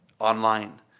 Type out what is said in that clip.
online